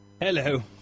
Hello